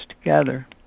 together